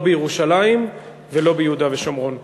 לא בירושלים ולא ביהודה ושומרון.